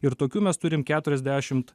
ir tokių mes turim keturiasdešim